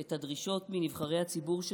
את הדרישות מנבחרי הציבור,